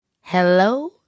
hello